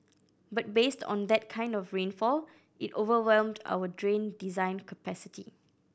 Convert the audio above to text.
but based on that kind of rainfall it overwhelmed our drain design capacity